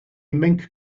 mink